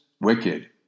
wicked